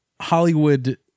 Hollywood